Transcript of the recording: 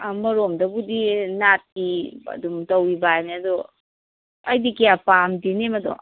ꯑꯃꯔꯣꯝꯗꯕꯨꯗꯤ ꯅꯥꯠꯀꯤ ꯑꯗꯨꯝ ꯇꯧꯔꯤꯕ ꯍꯥꯏꯅꯤ ꯑꯗꯣ ꯑꯩꯗꯤ ꯀꯌꯥ ꯄꯥꯝꯗꯦꯅꯦ ꯃꯗꯣ